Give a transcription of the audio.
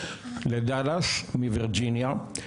לדאלאס מווירג'יניה.